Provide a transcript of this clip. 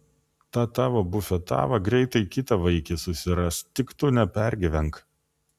ta tavo bufetava greitai kitą vaikį susiras tik tu nepergyvenk